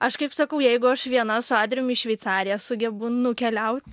aš kaip sakau jeigu aš viena su adrijum į šveicariją sugebu nukeliaut